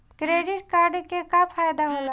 Credit card के का फायदा होला?